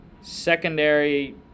Secondary